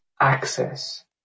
access